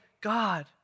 God